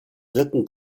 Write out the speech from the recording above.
wirken